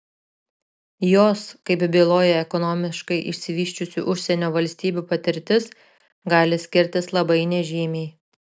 jos kaip byloja ekonomiškai išsivysčiusių užsienio valstybių patirtis gali skirtis labai nežymiai